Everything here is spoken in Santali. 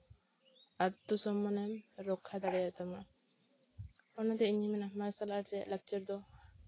ᱟᱛᱛᱚ ᱥᱚᱱᱢᱟᱱ ᱮᱢ ᱨᱚᱠᱠᱷᱟ ᱫᱟᱲᱮᱭᱟᱛᱟᱢᱟ ᱚᱱᱟᱛᱮ ᱤᱧᱤᱧ ᱢᱮᱱᱟ ᱢᱟᱨᱥᱟᱞ ᱟᱨᱴ ᱨᱮᱭᱟᱜ ᱞᱟᱠᱪᱟᱨ ᱫᱚ